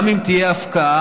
גם אם תהיה הפקעה,